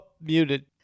muted